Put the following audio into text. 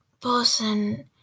person